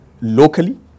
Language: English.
locally